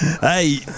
Hey